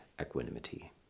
equanimity